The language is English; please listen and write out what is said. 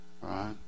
right